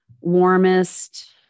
warmest